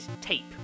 tape